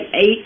eight